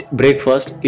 breakfast